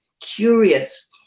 curious